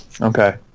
Okay